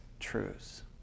truths